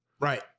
Right